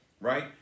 right